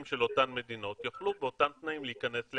של אותן מדינות יוכלו באותם תנאים להיכנס לכאן.